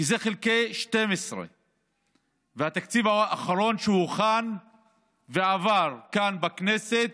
כי זה חלקי 12. התקציב האחרון שהוכן ועבר כאן בכנסת